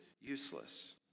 useless